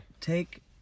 take